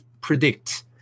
predict